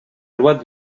loi